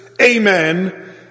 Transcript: Amen